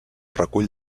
recull